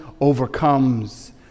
overcomes